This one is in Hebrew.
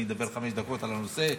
אני אדבר חמש דקות על הנושא.